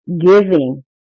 giving